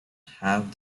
have